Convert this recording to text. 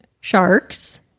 sharks